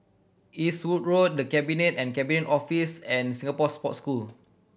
Eastwood Road The Cabinet and Cabinet Office and Singapore Sports School